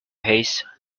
haste